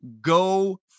go